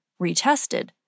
retested